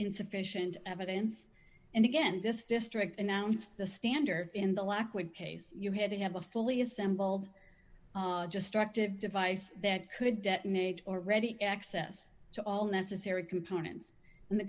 insufficient evidence and again this district announced the standard in the act would case you had to have a fully assembled just directed device that could detonate or ready access to all necessary components and the